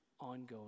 ongoing